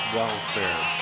welfare